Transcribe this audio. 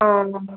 ആ